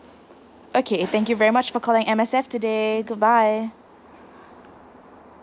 okay thank you very much for calling M_S_F today goodbye